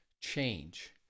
change